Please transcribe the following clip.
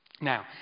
Now